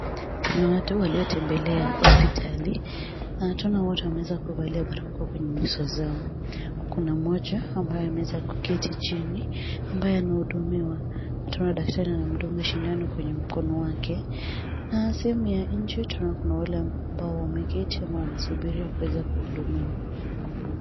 Kuna watu waliotembelea hospitali na tena wote wameweza kuvalia barakoa kwenye nyuso zao, kuna moja ambao amweza kuketi jini ambaye anahudumiwa, tunaona daktari anamdunga sidano kwenye mkono wake na sehemu ya nje tunaona kuna wale ambao wameketi ama wanasubiri kuweza kuhudumiwa.